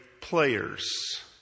players